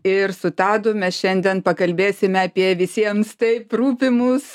ir su tadu mes šiandien pakalbėsime apie visiems taip rūpimus